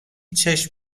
چشم